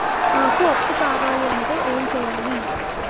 నాకు అప్పు కావాలి అంటే ఎం చేయాలి?